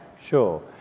Sure